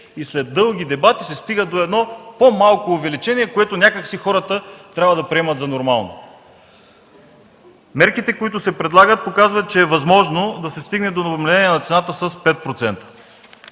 и след дълги дебати се стига до едно по-малко увеличение, което някак си хората трябва да приемат за нормално. Мерките, които се предлагат, показват, че е възможно да се стигне до намаление на цената с 5%,